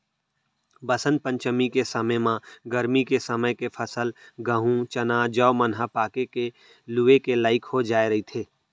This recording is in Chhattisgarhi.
बसंत पंचमी के समे म गरमी के समे के फसल गहूँ, चना, जौ मन ह पाके के लूए के लइक हो जाए रहिथे